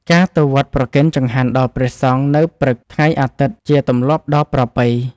ការទៅវត្តប្រគេនចង្ហាន់ដល់ព្រះសង្ឃនៅព្រឹកថ្ងៃអាទិត្យជាទម្លាប់ដ៏ប្រពៃ។